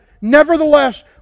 Nevertheless